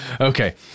Okay